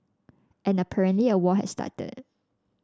and apparently a war has started